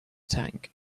tank